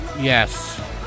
Yes